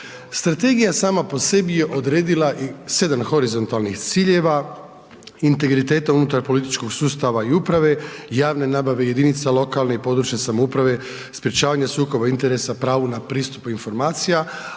Strategija sama po sebi je odredila 7 horizontalnih ciljeva integriteta unutar političkog sustava i uprave, javne nabave, jedinica lokalne i područne samouprave, sprječavanje sukoba interesa, pravu na pristup informacija,